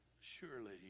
surely